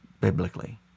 biblically